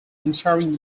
entering